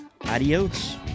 Adios